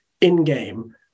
in-game